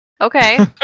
Okay